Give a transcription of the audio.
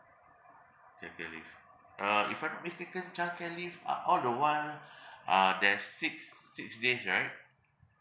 childcare leave uh if I'm not mistaken childcare leave uh all the while uh there's six six days right